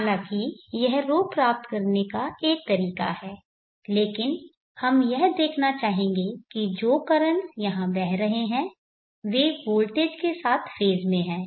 हालाँकि यह ρ प्राप्त करने का एक तरीका है लेकिन हम यह देखना चाहेंगे कि जो कर्रेंटस यहाँ बह रहे हैं वे वोल्टेज के साथ फेज़ में हैं